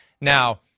Now